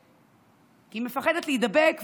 היא מפחדת להידבק,